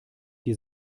die